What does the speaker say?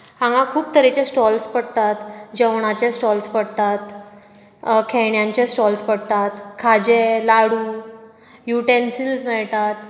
हांगा खूब तरेचे स्टॉल्स पडटात जेवणाचे स्टॉल्स पडटात खेळण्याचे स्टॉल्स पडटात खाजें लाडू युटेन्सील्स मेळटात